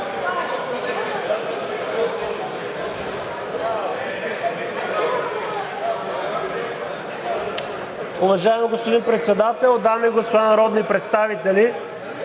Уважаеми господин Председател, дами и господа народни представители!